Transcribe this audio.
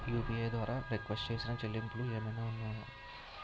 UPI ద్వారా restrict చేసిన చెల్లింపులు ఏమైనా ఉన్నాయా?